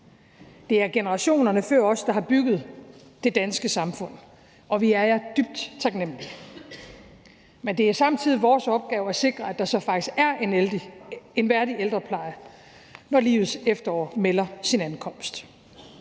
er det generationerne før os, der har bygget det danske samfund, og vi er jer dybt taknemlige. Men det er samtidig vores opgave at sikre, at der så faktisk er en værdig ældrepleje, når livets efterår melder sin ankomst.